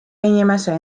inimese